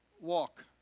walk